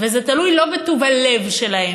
וזה תלוי לא בטוב הלב שלהם,